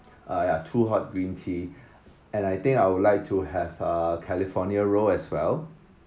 uh ya two hot green tea and I think I would like to have uh california roll as well